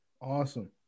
Awesome